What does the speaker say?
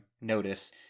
notice